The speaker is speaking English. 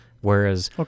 whereas –